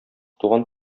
туган